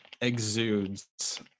exudes